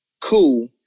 cool